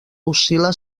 oscil·la